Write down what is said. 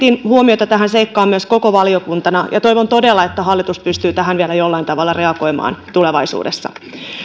huomiota tähän seikkaan myös koko valiokuntana ja toivon todella että hallitus pystyy tähän vielä jollain tavalla reagoimaan tulevaisuudessa